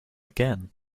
again